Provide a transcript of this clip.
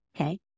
okay